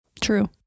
true